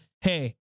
hey